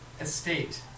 estate